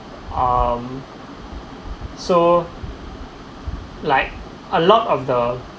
um so like a lot of the